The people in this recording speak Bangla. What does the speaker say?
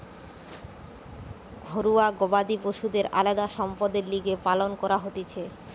ঘরুয়া গবাদি পশুদের আলদা সম্পদের লিগে পালন করা হতিছে